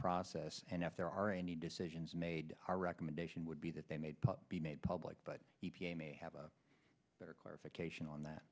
process and if there are any decisions made our recommendation would be that they may be made public but e p a may have a better clarification on that